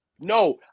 No